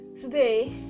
today